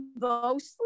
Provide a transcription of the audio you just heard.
mostly